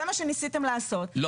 זה מה שניסיתם לעשות -- לא.